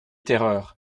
terreurs